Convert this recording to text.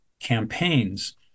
campaigns